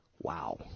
Wow